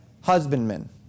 husbandmen